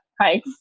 hi